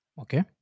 Okay